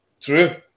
true